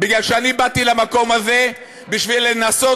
מפני שאני באתי למקום הזה בשביל לנסות